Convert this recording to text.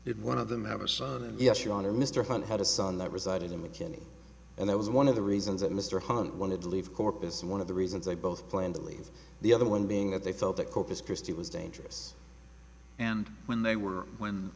did one of them have a son and yes your honor mr hunt had a son that resided in mckinney and i was one of the reasons that mr hunt wanted to leave corpus one of the reasons they both planned to leave the other one being that they thought that corpus christi was dangerous and when they were when